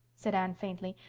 said anne faintly,